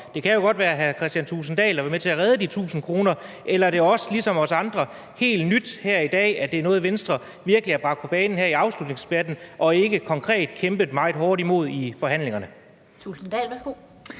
Det kan jo godt være hr. Kristian Thulesen Dahl, der har været med til at redde de 1.000 kr. Eller er det også, ligesom for os andre, helt nyt her i dag, at det er noget, Venstre virkelig har bragt på banen her i afslutningsdebatten og ikke konkret kæmpet meget hårdt imod i forhandlingerne?